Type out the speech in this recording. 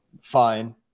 fine